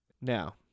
Now